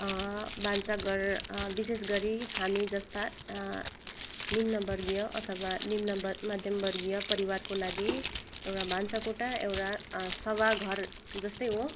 भान्सा घर विशेषगरि हामी जस्ता निम्नवर्गीय अथवा निम्न मध्यम वर्गीय परिवारको लागि एउटा भान्सा कोठा एउटा सभा घर जस्तै हो